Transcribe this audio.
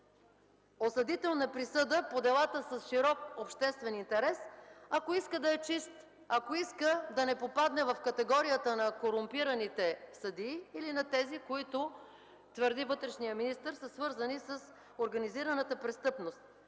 осъдителна присъда по делата с широк обществен интерес, ако иска да е чист, ако иска да не попадне в категорията на корумпираните съдии или на тези, които вътрешният министър твърди, че са свързани с организираната престъпност,